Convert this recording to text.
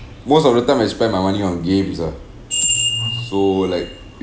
most of the time I spend my money on games ah so like